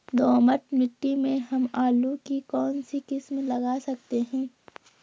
दोमट मिट्टी में हम आलू की कौन सी किस्म लगा सकते हैं?